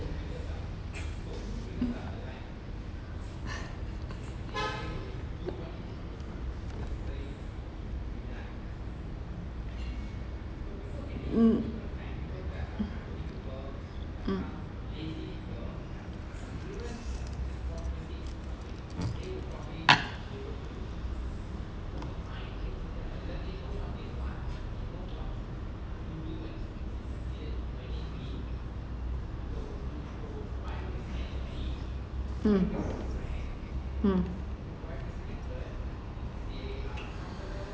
mm mm mm mm